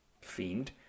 fiend